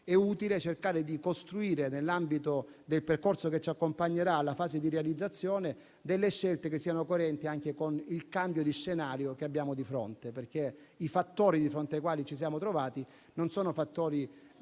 e utile cercare di costruire, nell'ambito del percorso che ci accompagnerà alla fase di realizzazione, delle scelte che siano coerenti anche con il cambio di scenario che abbiamo di fronte. Infatti i fattori dinanzi ai quali ci siamo trovati non sono di